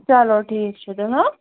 چلو ٹھیٖک چھُ تیٚلہِ